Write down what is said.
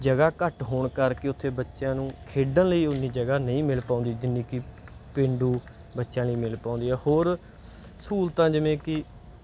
ਜਗ੍ਹਾ ਘੱਟ ਹੋਣ ਕਰਕੇ ਉੱਥੇ ਬੱਚਿਆਂ ਨੂੰ ਖੇਡਣ ਲਈ ਓਨੀ ਜਗ੍ਹਾ ਨਹੀਂ ਮਿਲ ਪਾਉਂਦੀ ਜਿੰਨੀ ਕਿ ਪੇਂਡੂ ਬੱਚਿਆਂ ਲਈ ਮਿਲ ਪਾਉਂਦੀ ਆ ਹੋਰ ਸਹੂਲਤਾਂ ਜਿਵੇਂ ਕਿ